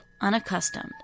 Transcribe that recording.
unaccustomed